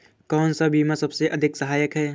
कौन सा बीमा सबसे अधिक सहायक है?